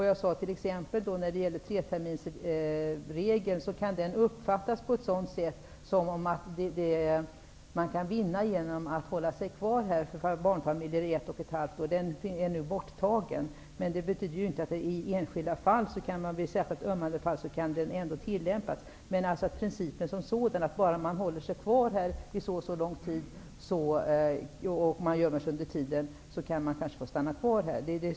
Jag sade t.ex. att treterminsregeln kan uppfattas som att barnfamiljer kan vinna på att hålla sig kvar i Sverige i ett och ett halvt år. Den regeln är nu borttagen. Det betyder inte att den inte kan tillämpas i särskilt ömmande fall. Men principen som sådan måste ses över, att man kan få stanna i Sverige om man håller sig kvar en viss tid och kanske gömmer sig.